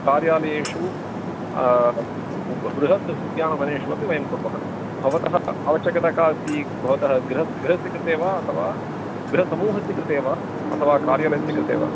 कार्यालयेषु बृहद् उद्यानवनेषु अपि वयं कुर्मः भवतः आवश्यकता अस्ति भवतः गृहः गृहस्य कृते वा अथवा गृहसमूहस्य कृते वा अथवा कार्यालयस्य कृते वा